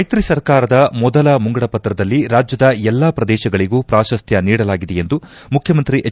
ಮೈತ್ರಿ ಸರ್ಕಾರದ ಮೊದಲ ಮುಂಗಡ ಪತ್ರದಲ್ಲಿ ರಾಜ್ಯದ ಎಲ್ಲಾ ಪ್ರದೇಶಗಳಗೂ ಪ್ರಾಶಸ್ತ್ಯ ನೀಡಲಾಗಿದೆ ಎಂದು ಮುಖ್ಯಮಂತ್ರಿ ಎಚ್